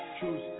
choose